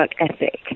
ethic